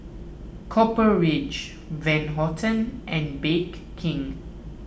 Copper Ridge Van Houten and Bake King